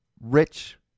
rich